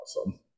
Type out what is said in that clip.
awesome